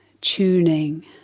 tuning